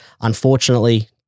unfortunately